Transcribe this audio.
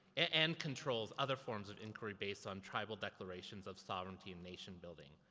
and controls other forms of inquiry based on tribal declarations of sovereignty and nation building.